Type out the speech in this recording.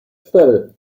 cztery